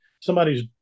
somebody's